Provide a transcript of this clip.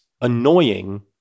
annoying